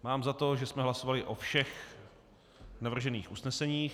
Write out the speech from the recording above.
Mám za to, že jsme hlasovali o všech navržených usneseních.